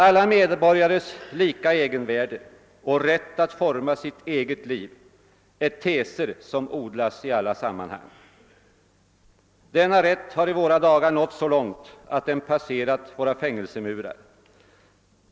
Alla medborgares lika värde och rätt att forma sitt eget liv är teser som odlas i alla sammanhang. Denna rätt har i våra dagar nått så långt att den passerat våra fängelsemurar.